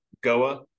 Goa